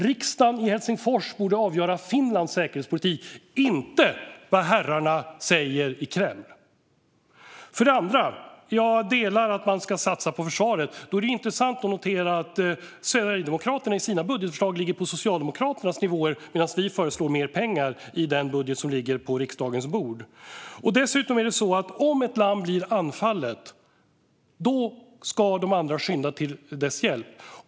Riksdagen i Helsingfors borde avgöra Finlands säkerhetspolitik, inte herrarna i Kreml. Sedan håller jag med om att man ska satsa på försvaret. Då är det intressant att notera att Sverigedemokraterna i sina budgetförslag ligger på Socialdemokraternas nivåer, medan vi föreslår mer pengar i den budget som ligger på riksdagens bord. Dessutom är det så att om ett land blir anfallet ska de andra skynda till detta lands hjälp.